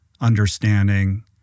understanding